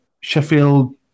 Sheffield